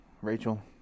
Rachel